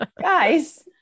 Guys